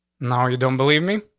now you don't believe me.